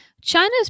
China's